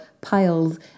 Piles